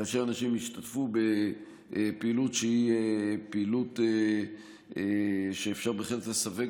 כאשר אנשים השתתפו בפעילות שהיא פעילות שאפשר לסווג